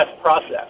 process